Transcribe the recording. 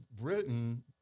Britain